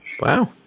Wow